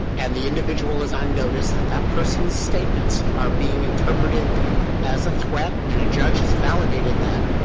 and the individual is on notice that that person's statements are being interpreted as a threat and a judge has validated that,